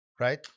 Right